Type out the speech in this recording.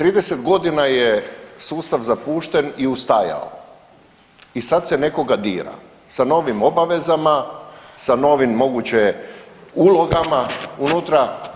30 godina je sustav zapušten i ustajao i sad se nekoga dira sa novim obavezama, sa novim moguće ulogama unutra.